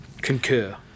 Concur